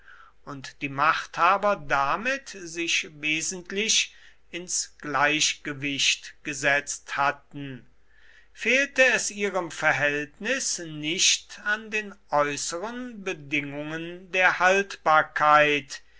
und die machthaber damit sich wesentlich ins gleichgewicht gesetzt hatten fehlte es ihrem verhältnis nicht an den äußeren bedingungen der haltbarkeit